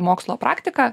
mokslo praktiką